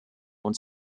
und